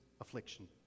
affliction